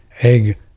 egg